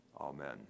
Amen